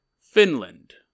Finland